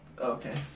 Okay